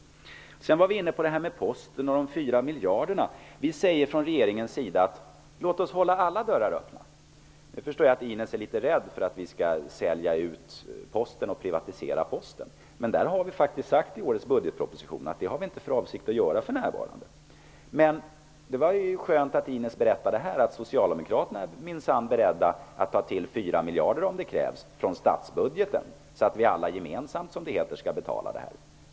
Vi talade om de 4 miljarder som Posten behöver. Regeringen vill hålla alla dörrar öppna. Jag förstår att Ines Uusmann är rädd för att vi skall sälja ut och privatisera Posten. Regeringen säger faktiskt i årets budgetpropostion att man för närvarande inte har för avsikt att göra det. Det var skönt att Ines Uusmann berättade att socialdemokraterna minsann är beredda att ta till 4 miljarder från statsbudgeten om det krävs. Det heter att vi alla gemensamt skall betala.